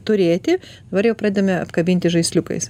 turėti dabar jau pradedame apkabinti žaisliukais